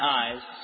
eyes